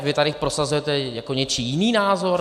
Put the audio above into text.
Vy tady prosazujete jako něčí jiný názor?